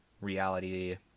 reality